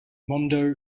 mondo